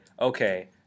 okay